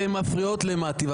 אתן מפריעות למטי.